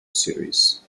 series